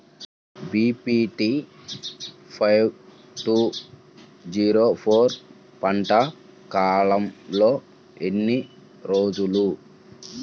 BPT five two zero four పంట కాలంలో ఎన్ని రోజులు?